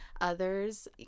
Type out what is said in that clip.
others